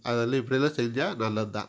அதெலாம் இப்படியெல்லாம் செஞ்சால் நல்லதுதான்